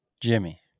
Jimmy